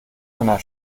einer